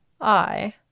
I